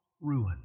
ruin